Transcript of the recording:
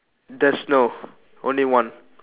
there's no only one